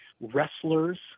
wrestlers